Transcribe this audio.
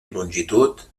longitud